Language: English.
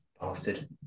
Bastard